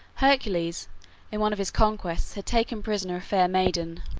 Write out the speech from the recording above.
hercules in one of his conquests had taken prisoner a fair maiden,